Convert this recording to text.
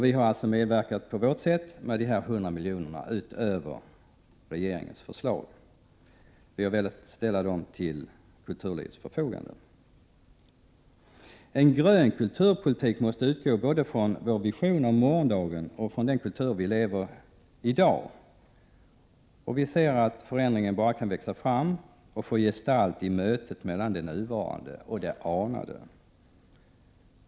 Vi har medverkat på vårt sätt genom att vi föreslagit att 100 miljoner mer än vad regeringen har föreslagit ställs till kulturlivets förfogande. En grön kulturpolitik måste utgå både från vår vision av morgondagen och från den kultur som vi lever i i dag. Vi säger att förändringen kan växa fram och få gestalt bara i mötet mellan det nuvarande och det anade.